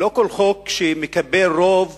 לא כל חוק שמקבל רוב